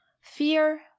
fear